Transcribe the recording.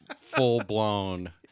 Full-blown